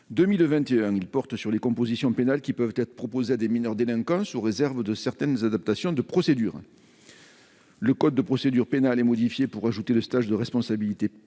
2021. Sont visées les compositions pénales qui peuvent être proposées à des mineurs délinquants sous réserve de certaines adaptations de procédure. Le code de procédure pénale est modifié afin d'ajouter le stage de responsabilité parentale